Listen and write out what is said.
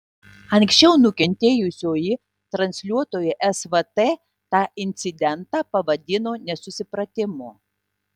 anksčiau nukentėjusioji transliuotojui svt tą incidentą pavadino nesusipratimu